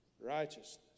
Righteousness